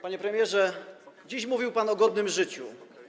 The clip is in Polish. Panie premierze, dziś mówił pan o godnym życiu.